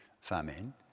famine